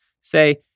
say